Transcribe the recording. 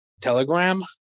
Telegram